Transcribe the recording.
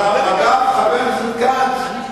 חבר הכנסת כץ,